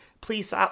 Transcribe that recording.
please